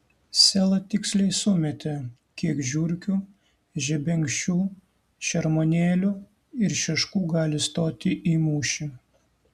sela tiksliai sumetė kiek žiurkių žebenkščių šermuonėlių ir šeškų gali stoti į mūšį